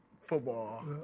football